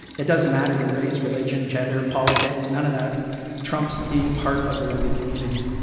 it doesn't matter your race, religion, gender, politics, none of that trumps being part of the rugby community.